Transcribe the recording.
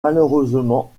malheureusement